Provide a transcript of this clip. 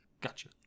Gotcha